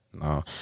no